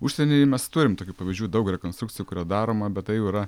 užsienyje mes turim tokių pavyzdžių daug rekonstrukcijų kurių daroma bet tai jau yra